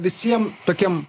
visiem tokiem